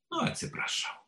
nu atsiprašau